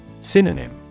Synonym